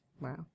Wow